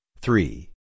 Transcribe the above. Three